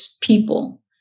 people